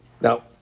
Now